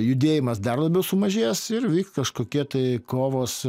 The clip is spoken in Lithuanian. judėjimas dar labiau sumažės ir vyks kažkokie tai kovos